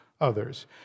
others